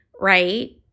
right